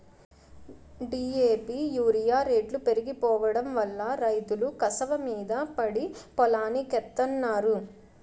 DAP urea రేట్లు పెరిగిపోడంవల్ల రైతులు కసవమీద పడి పొలానికెత్తన్నారు